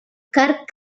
கற்க